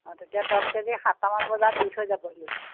অঁ তেতিয়া দহ কেজি সাতটামান বজাত দি থৈ যাবহি